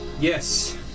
Yes